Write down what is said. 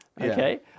okay